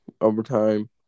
overtime